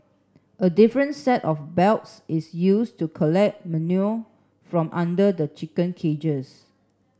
a different set of belts is used to collect manure from under the chicken cages